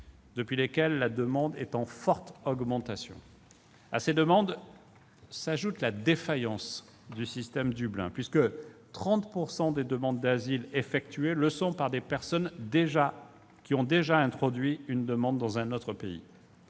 depuis lesquels la demande est en forte augmentation. À ces demandes s'ajoute la défaillance du système Dublin, puisque 30 % des demandes d'asile effectuées le sont par des personnes ayant déjà introduit une demande dans un autre pays